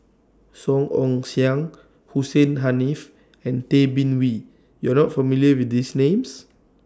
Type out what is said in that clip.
Song Ong Siang Hussein Haniff and Tay Bin Wee YOU Are not familiar with These Names